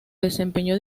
desempeñó